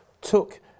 took